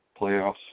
playoffs